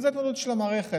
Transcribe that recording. וזו התמודדות של המערכת,